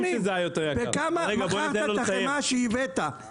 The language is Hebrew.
בכמה מכרת את החמאה שהבאת?